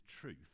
truth